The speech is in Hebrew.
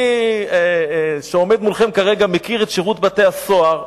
אני, שעומד מולכם כרגע, מכיר את שירות בתי-הסוהר.